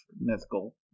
mythical